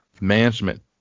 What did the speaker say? management